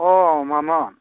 औ मामोन